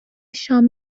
شام